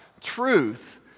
Truth